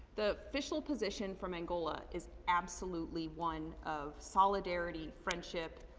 the official position from angola is absolutely one of solidarity, friendship,